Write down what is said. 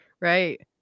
right